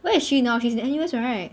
where is she now she's in N_U_S right